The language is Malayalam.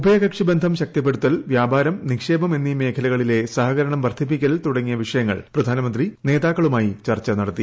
ഉഭയകക്ഷി ബന്ധം ശക്തിപ്പെടുത്തൽ വ്യാപാരം നിക്ഷേപം എന്നീ മേഖലകളിലെ സഹകരണം വർദ്ധിപ്പിക്കൽ തുടങ്ങിയ വിഷയങ്ങൾ പ്രധാനമന്ത്രി നേതാക്കളുമായി ചർച്ച നടത്തി